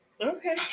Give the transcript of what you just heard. okay